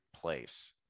place